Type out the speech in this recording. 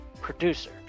producer